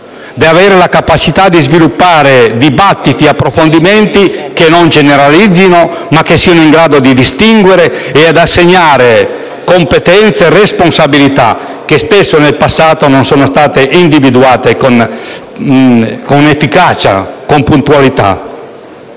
deve avere la capacità di sviluppare dibattiti ed approfondimenti che non generalizzino, ma che siano in grado di distinguere ed assegnare competenze e responsabilità, che spesso, nel passato, non sono state individuate con efficacia e puntualità.